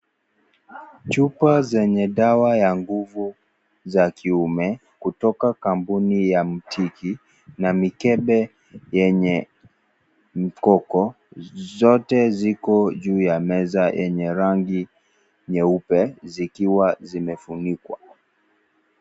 Chupa zenye dawa ya nguvu za kiume kutoka kampuni ya mtiki, na mikebe yenye mkoko, zote ziko juu ya meza yenye rangi nyeupe zikiwa zimefunikuwa.